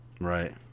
Right